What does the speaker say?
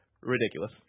Ridiculous